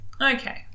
Okay